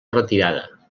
retirada